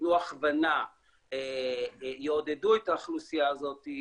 ייתנו הכוונה, יעודדו את האוכלוסייה הזאת,